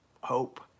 hope